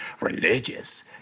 religious